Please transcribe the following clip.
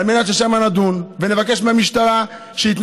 על מנת ששם נדון ונבקש מהמשטרה שייתנו